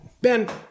Ben